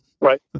Right